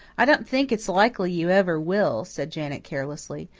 i don't think it's likely you ever will, said janet carelessly.